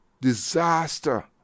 disaster